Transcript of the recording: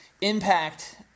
impact